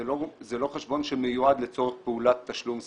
זה לא חשבון שמיועד לצורך פעולת תשלום ספציפית.